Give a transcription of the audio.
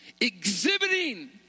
Exhibiting